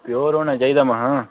pure होना चाहिदा महां